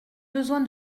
besoin